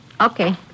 Okay